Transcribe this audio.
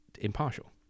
impartial